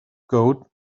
goat